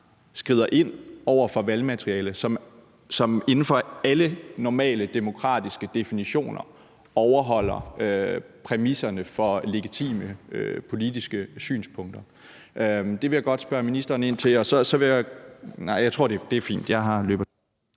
skrider ind over for valgmateriale, som inden for alle normale demokratiske definitioner overholder præmisserne for legitime politiske synspunkter? Kl. 10:15 Den fg. formand (Erling